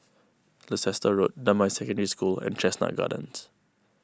Leicester Road Damai Secondary School and Chestnut Gardens